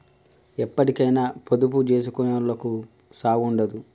ఎప్పటికైనా పొదుపు జేసుకునోళ్లకు సావుండదు